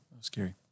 scary